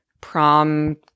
prom